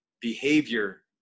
behavior